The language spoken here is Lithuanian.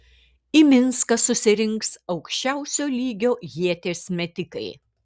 į minską susirinks aukščiausio lygio ieties metikai